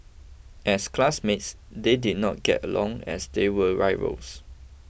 as classmates they did not get along as they were rivals